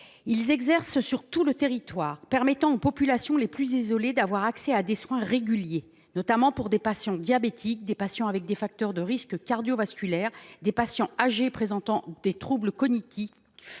qui exercent sur tout le territoire, permettent aux populations les plus isolées d’avoir accès à des soins réguliers – notamment aux patients diabétiques, aux patients présentant des facteurs de risque cardiovasculaires et aux patients âgés souffrant de troubles cognitifs